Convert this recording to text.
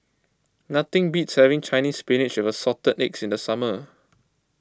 nothing beats having Chinese Spinach with Assorted Eggs in the summer